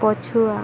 ପଛୁଆ